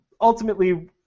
ultimately